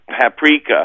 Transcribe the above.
paprika